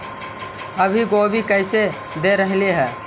अभी गोभी कैसे दे रहलई हे?